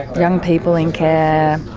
young people in care,